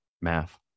math